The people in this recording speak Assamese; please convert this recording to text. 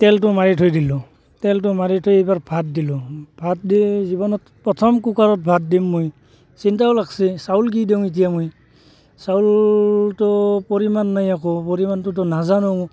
তেলটো মাৰি থৈ দিলোঁ তেলটো মাৰি থৈ এইবাৰ ভাত দিলোঁ ভাত দি জীৱনত প্ৰথম কুকাৰত ভাত দিম মই চিন্তাও লাগিছে চাউল কি দিওঁ এতিয়া মই চাউলটো পৰিমাণ নাই একো পৰিমাণটোতো নাজানো